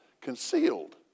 concealed